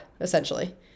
essentially